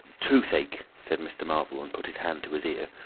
toothache, said mr. marvel, and put his hand to his ear.